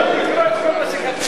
אני אוציא אתכם.